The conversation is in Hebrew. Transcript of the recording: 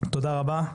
תודה רבה,